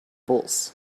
bowls